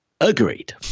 Agreed